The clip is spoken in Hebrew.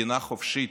מדינה חופשית.